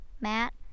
Matt